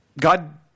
God